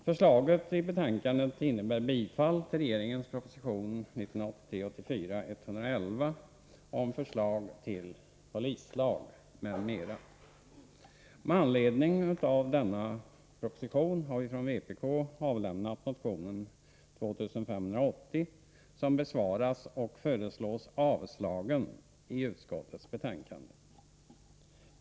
Förslaget i betänkandet innebär bifall till regeringens proposition 1983/84:111 om förslag till polislag m.m. Med anledning av denna proposition har vi från vpk avlämnat motion nr 2580, som besvaras och föreslås avslagen i utskottets betänkande.